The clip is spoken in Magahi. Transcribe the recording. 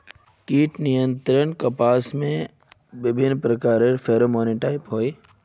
कीट नियंत्रण ला कपास में प्रयुक्त विभिन्न प्रकार के फेरोमोनटैप होई?